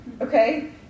okay